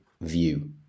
view